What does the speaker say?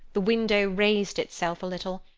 the window raised itself a little,